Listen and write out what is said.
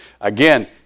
Again